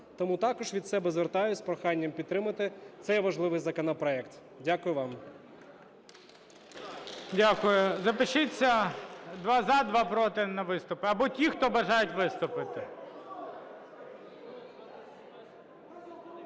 Тому також від себе звертаюсь з проханням підтримати цей важливий законопроект. Дякую вам.